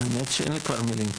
האמת שאין לי כבר מילים.